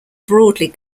broadly